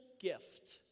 gift